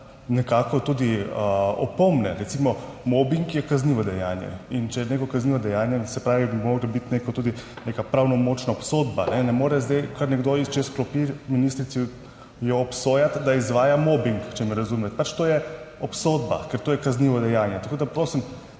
nekako tudi opomni. Recimo mobing je kaznivo dejanje, in če je neko kaznivo dejanje, se pravi, bi morala biti tudi neka pravnomočna obsodba. Ne more zdaj kar nekdo čez klopi ministrici jo obsojati, da izvaja mobing, če me razumete, pač, to je obsodba, ker to je kaznivo dejanje. Tako da prosim,